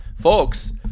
folks